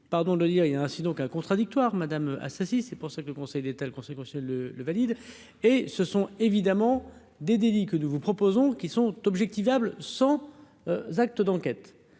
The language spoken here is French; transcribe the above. pardon de dire il y a ainsi donc un contradictoire Madame Assassi, c'est pour ça que le Conseil des telle conséquence le le valide et ce sont évidemment des délits que nous vous proposons qui sont objectivement le sang. Acte d'enquête